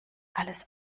alles